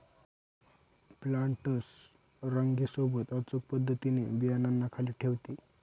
planters रांगे सोबत अचूक पद्धतीने बियांना खाली ठेवते